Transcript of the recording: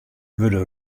wurde